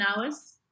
hours